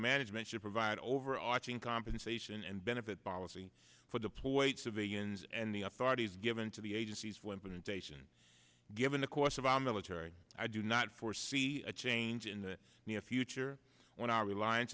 management should provide overarching compensation and benefit policy for the poor wait civilians and the authorities given to the agency's will implementation given the course of our military i do not foresee a change in the near future when our reliance